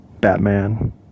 Batman